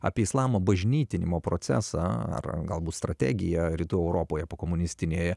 apie islamo bažnytinimo procesą ar galbūt strategiją rytų europoje pokomunistinėje